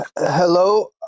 Hello